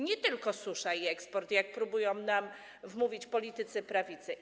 Nie tylko susza i eksport, jak próbują nam wmówić politycy prawicy.